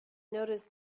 noticed